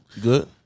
Good